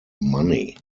money